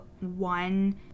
one